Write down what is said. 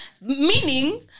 Meaning